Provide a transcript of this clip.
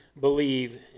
believe